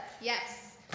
Yes